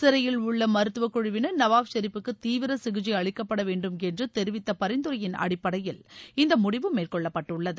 சிறையில் உள்ள மருத்துவ குழுவினர் நவாஸ் ஷெரிப்புக்கு தீவிர சிகிச்சை அளிக்கப்பட வேண்டுமென்று தெரிவித்த பரிந்துரையின் அடிப்படையில் இந்த முடிவு மேற்கொள்ளப்பட்டுள்ளது